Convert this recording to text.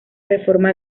reforma